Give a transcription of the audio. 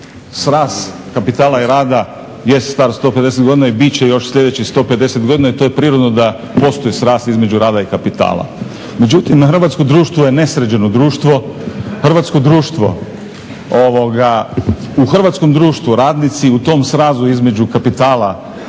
Sraz kapitala i rada jest star 150 godina i bit će još sljedećih 150 godina i to je prirodno da postoji sraz između rada i kapitala. Međutim, hrvatsko društvo je nesređeno društvo, u hrvatskom društvu radnici u tom srazu između kapitala